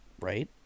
Right